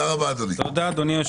תודה, אדוני היושב-ראש.